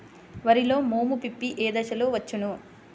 వరిలో మోము పిప్పి ఏ దశలో వచ్చును?